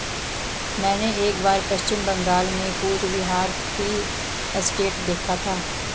मैंने एक बार पश्चिम बंगाल में कूच बिहार टी एस्टेट देखा था